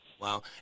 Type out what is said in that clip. Wow